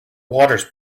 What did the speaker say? waters